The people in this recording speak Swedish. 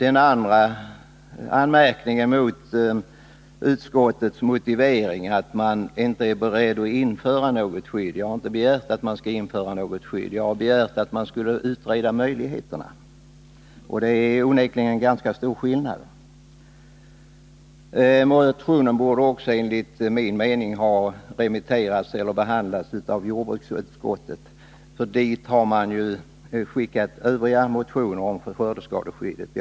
En andra anmärkning kan riktas mot utskottets motivering att det inte är berett att införa något skydd. Vi har inte begärt att man skall införa något skydd. Vi har begärt att man skall utreda möjligheterna att införa ett sådant — och det är onekligen en ganska stor skillnad. Motionen borde också enligt min mening ha remitterats till jordbruksutskottet. Dit har övriga motioner om skördeskadeskydd skickats.